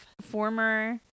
former